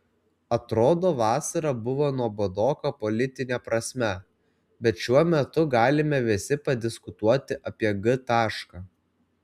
atrodo vasara buvo nuobodoka politine prasme bet šiuo metu galime visi padiskutuoti apie g tašką